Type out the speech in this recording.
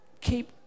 keep